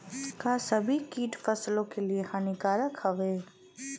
का सभी कीट फसलों के लिए हानिकारक हवें?